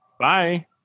Bye